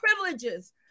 privileges